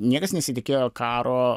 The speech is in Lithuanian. niekas nesitikėjo karo